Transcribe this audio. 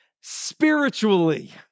spiritually